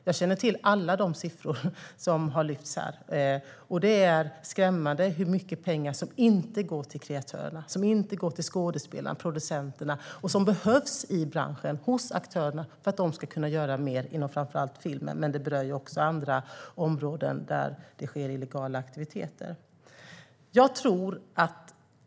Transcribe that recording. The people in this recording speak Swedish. Jag känner till alla de siffror som har lyfts fram här, och det är skrämmande hur mycket pengar som inte går till kreatörerna, skådespelarna och producenterna men som behövs i branschen, hos aktörerna, för att de ska kunna göra mer inom framför allt filmen, även om detta också berör andra områden där det sker illegala aktiviteter.